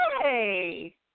Hey